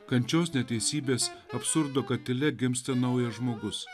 kančios neteisybės absurdo katile gimsta naujas žmogus